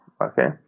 Okay